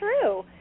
true